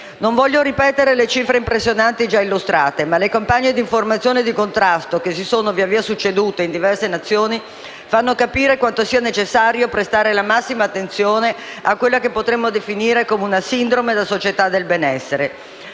Non voglio ripetere le cifre impressionanti già illustrate, ma le campagne di informazione e di contrasto che si sono via via succedute in diverse Nazioni fanno capire quanto sia necessario prestare la massima attenzione a quella che potremmo definire come una «sindrome da società del benessere».